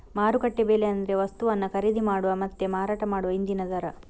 ಮಾರುಕಟ್ಟೆ ಬೆಲೆ ಅಂದ್ರೆ ವಸ್ತುವನ್ನ ಖರೀದಿ ಮಾಡುವ ಮತ್ತೆ ಮಾರಾಟ ಮಾಡುವ ಇಂದಿನ ದರ